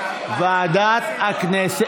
ועדת הכנסת.